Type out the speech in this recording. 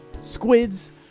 Squids